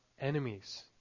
enemies